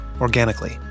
organically